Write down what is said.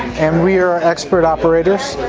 and we are expert operators.